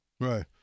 Right